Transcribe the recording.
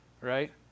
right